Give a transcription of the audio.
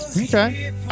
Okay